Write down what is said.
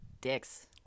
Dicks